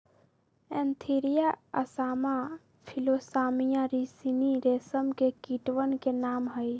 Antheraea assama Philosamia ricini रेशम के कीटवन के नाम हई